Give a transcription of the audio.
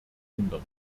kindern